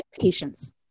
patience